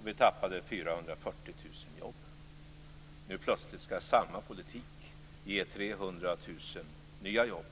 och vi tappade 440 000 jobb. Nu plötsligt skall samma politik ge 300 000 nya jobb.